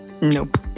Nope